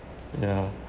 ya